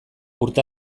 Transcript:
urte